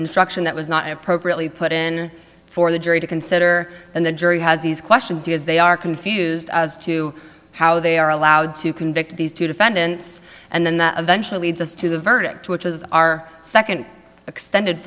instruction that was not appropriately put in for the jury to consider and the jury has these questions because they are confused as to how they are allowed to convict these two defendants and then eventually leads us to the verdict which is our second extended